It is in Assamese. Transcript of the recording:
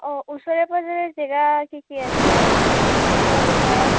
অঁ ওচৰে পাজৰে জেগা কি কি আছে মানে ওচৰত ওচৰত